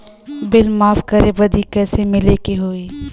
Bill माफ करे बदी कैसे मिले के होई?